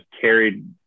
carried